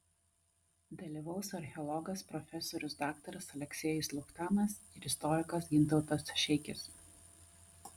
dalyvaus archeologas profesorius daktaras aleksejus luchtanas ir istorikas gintautas šeikis